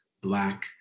black